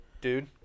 Dude